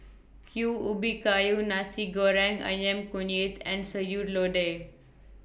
Q Ubi Kayu Nasi Goreng Ayam Kunyit and Sayur Lodeh